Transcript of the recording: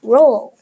Roll